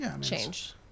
change